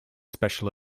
special